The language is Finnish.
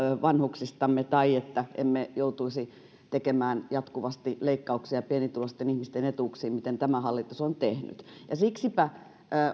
vanhuksistamme ja että emme joutuisi tekemään jatkuvasti leikkauksia pienituloisten ihmisten etuuksiin mitä tämä hallitus on tehnyt ja siksipä